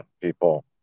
people